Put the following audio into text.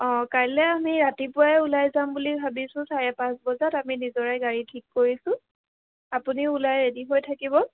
অঁ কাইলৈ আমি ৰাতিপুৱাই ওলাই যাম বুলি ভাবিছোঁ চাৰে পাঁচ বজাত আমি নিজৰে গাড়ী ঠিক কৰিছোঁ আপুনি ওলাই ৰেডি হৈ থাকিব